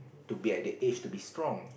to be at that age to be strong